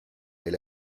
est